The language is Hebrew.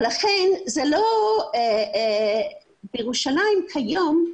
ירושלים כיום,